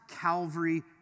Calvary